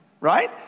Right